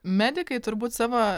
medikai turbūt savo